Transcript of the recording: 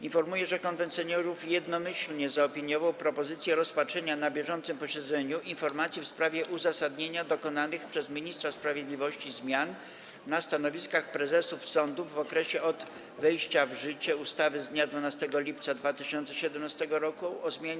Informuję, że Konwent Seniorów jednomyślnie zaopiniował propozycję rozpatrzenia na bieżącym posiedzeniu informacji w sprawie uzasadnienia dokonanych przez ministra sprawiedliwości zmian na stanowiskach prezesów sądów w okresie od wejścia w życie ustawy z dnia 12 lipca 2017 r. o zmianie